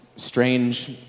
strange